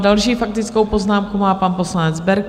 Další faktickou poznámku má pan poslanec Berki.